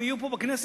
הם יהיו פה בכנסת,